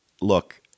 Look